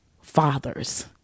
fathers